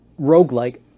roguelike